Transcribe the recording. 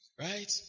right